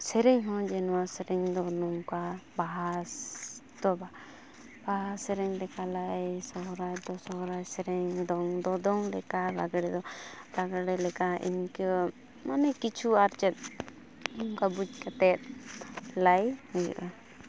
ᱥᱮᱨᱮᱧ ᱦᱚᱸ ᱡᱮ ᱱᱚᱣᱟ ᱥᱮᱨᱮᱧ ᱫᱚ ᱱᱚᱝᱠᱟ ᱵᱟᱦᱟ ᱫᱚ ᱵᱟᱦᱟ ᱥᱮᱨᱮᱧ ᱞᱮᱠᱟ ᱞᱟᱭ ᱥᱚᱨᱦᱟᱭ ᱫᱚ ᱥᱚᱨᱦᱟᱭ ᱥᱮᱨᱮᱧ ᱫᱚᱝ ᱫᱚ ᱫᱚᱝ ᱞᱮᱠᱟ ᱞᱟᱜᱽᱲᱮ ᱫᱚ ᱞᱟᱜᱽᱲᱮ ᱞᱮᱠᱟ ᱤᱱᱠᱟᱹ ᱢᱟᱱᱮ ᱠᱤᱪᱷᱩ ᱟᱨ ᱪᱮᱫ ᱱᱚᱝᱠᱟ ᱵᱩᱡᱽ ᱠᱟᱛᱮ ᱞᱟᱹᱭ ᱦᱩᱩᱭᱩᱜᱼᱟ